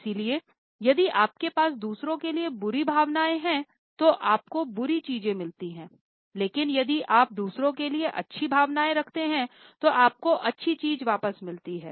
इसलिए यदि आपके पास दूसरों के लिए बुरी भावनाएं हैं तो आपको बुरी चीजें मिलती हैं लेकिन यदि आप दूसरों के लिए अच्छी भावनाएं रखते हैं तो आपको अच्छी चीजें वापस मिल जाती हैं